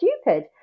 stupid